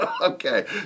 Okay